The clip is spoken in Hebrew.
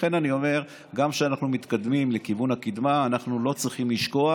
גם כשאנחנו מתקדמים לכיוון הקִדמה אנחנו לא צריכים לשכוח